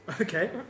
Okay